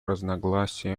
разногласия